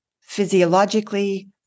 physiologically